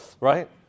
right